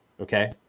Okay